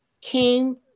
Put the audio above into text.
came